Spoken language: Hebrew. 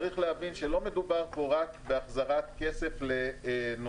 צריך להבין שלא מדובר פה רק בהחזרת כסף לנוסעים,